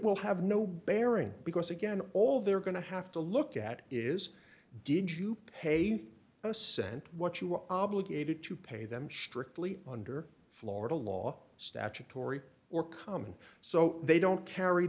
will have no bearing because again all they're going to have to look at is did you pay a cent what you are obligated to pay them strictly under florida law statutory or common so they don't carry